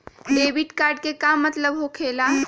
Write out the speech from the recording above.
Debit card के का मतलब होकेला?